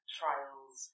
trials